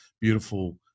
beautiful